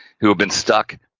who have been stuck,